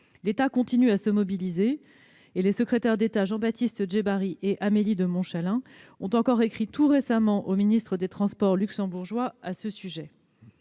L'État continue à se mobiliser, et les secrétaires d'État Jean-Baptiste Djebbari et Amélie de Montchalin ont encore écrit tout récemment au ministre luxembourgeois chargé